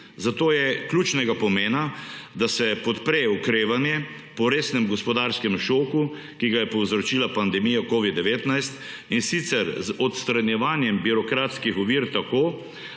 zato je ključnega pomena, da se podpre okrevanje po resnem gospodarskem šoku, ki ga je povzročila pandemija covid-19, in sicer z odstranjevanjem birokratskih ovir tako,